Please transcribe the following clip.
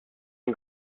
une